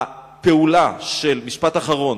משפט אחרון,